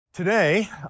Today